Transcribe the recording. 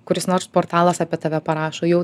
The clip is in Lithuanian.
kuris nors portalas apie tave parašo jau